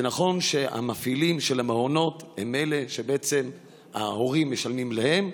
זה נכון שהמפעילים של המעונות הם אלה שההורים משלמים להם,